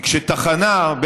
כי כשתחנה,